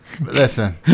Listen